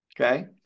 Okay